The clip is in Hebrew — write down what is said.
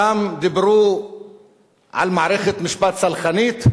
שם דיברו על מערכת משפט סלחנית,